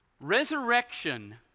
Resurrection